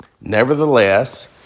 Nevertheless